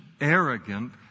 arrogant